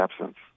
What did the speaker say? absence